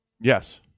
Yes